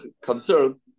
concern